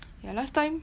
ya last time